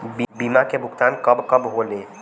बीमा के भुगतान कब कब होले?